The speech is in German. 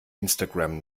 instagram